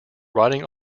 writing